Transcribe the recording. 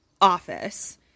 office